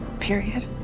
Period